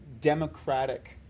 democratic